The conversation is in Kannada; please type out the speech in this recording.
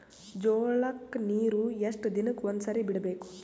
ಜೋಳ ಕ್ಕನೀರು ಎಷ್ಟ್ ದಿನಕ್ಕ ಒಂದ್ಸರಿ ಬಿಡಬೇಕು?